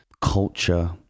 culture